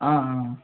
ஆ ஆ